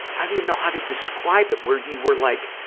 i don't even know how to describe it, where you were like,